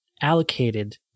allocated